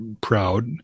proud